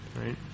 Right